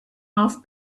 off